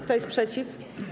Kto jest przeciw?